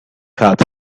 hat